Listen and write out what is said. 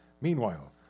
Meanwhile